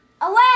Away